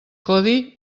codi